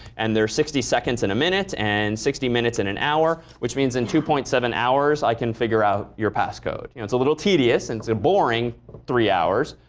and there are sixty seconds in a minute and sixty minutes in an hour, which means in two point seven hours i can figure out your passcode. yeah it's a little tedious and it's a boring three hours,